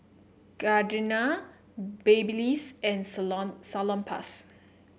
Gardenia Babyliss and Salonpas